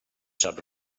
sap